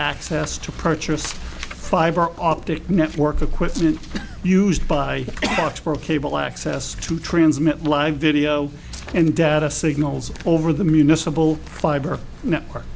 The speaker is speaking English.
access to purchase fiber optic network equipment used by fox for cable access to transmit live video and data signals over the municipal fiber network